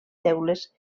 teules